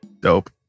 Dope